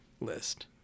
list